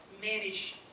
manage